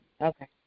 Okay